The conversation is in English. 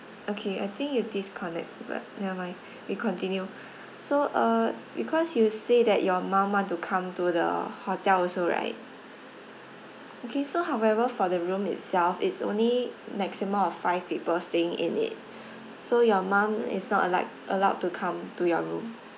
okay I think you disconnect but never mind we continue so uh because you say that your mum want to come to the hotel also right okay so however for the room itself it's only maximum of five people staying in it so your mum is not like allowed to come to your room